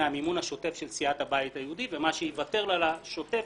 מהמימון השוטף של סיעת הבית היהודי ומה שיוותר לשוטף